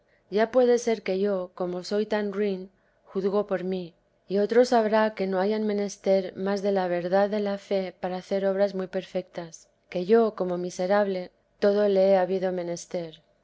ya puede ser que yo como soy tan ruin juzgo por mí que otros habrá que no hayan menester más de la verdad de la fe para hacer obras muy perfetas que yo como miserable todo le he habido menester